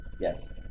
Yes